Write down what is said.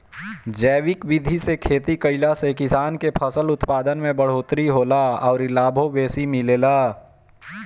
जैविक विधि से खेती कईला से किसान के फसल उत्पादन में बढ़ोतरी होला अउरी लाभो बेसी मिलेला